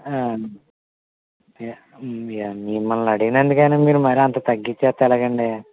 మిమల్ని అడిగినందుకు అయినా మీరు మరీ అంత తగ్గించేస్తే ఎలాగండి